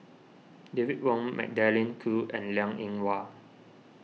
David Wong Magdalene Khoo and Liang Eng Hwa